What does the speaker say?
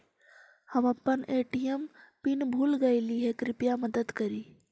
हम अपन ATM pin भूल गईली हे, कृपया मदद करी